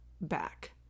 back